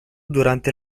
durante